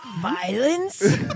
violence